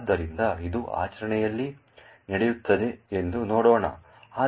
ಆದ್ದರಿಂದ ಇದು ಆಚರಣೆಯಲ್ಲಿ ನಡೆಯುತ್ತಿದೆ ಎಂದು ನೋಡೋಣ